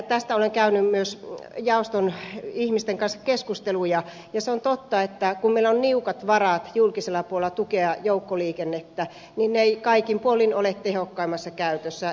tästä olen käynyt myös jaoston ihmisten kanssa keskusteluja ja se on totta että kun meillä on niukat varat julkisella puolella tukea joukkoliikennettä niin ne eivät kaikin puolin ole tehokkaimmassa käytössä